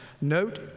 note